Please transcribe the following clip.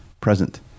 present